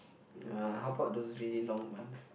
uh how about those really long ones